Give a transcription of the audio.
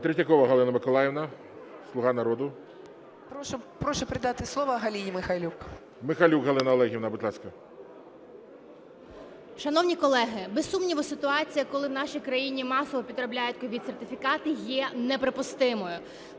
Шановні колеги, без сумніву, ситуація, коли в нашій країні масово підробляють COVID-сертифікати є неприпустимою.